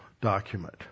document